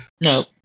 No